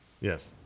Yes